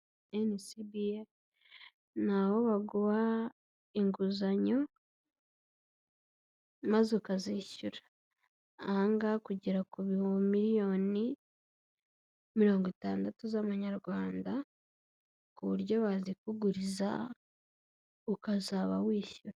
NCBA ni aho baguha inguzanyo maze ukazishyura. Aha ngaha kugera ku bihumbi miliyoni mirongo itandatu z'amanyarwanda ku buryo bazikuguriza ukazaba wishyura.